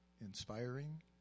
inspiring